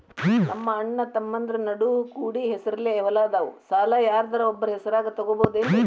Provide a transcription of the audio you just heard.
ನಮ್ಮಅಣ್ಣತಮ್ಮಂದ್ರ ನಡು ಕೂಡಿ ಹೆಸರಲೆ ಹೊಲಾ ಅದಾವು, ಸಾಲ ಯಾರ್ದರ ಒಬ್ಬರ ಹೆಸರದಾಗ ತಗೋಬೋದೇನ್ರಿ?